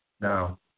Now